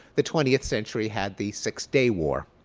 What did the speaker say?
the twentieth century had the six day war.